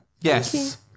Yes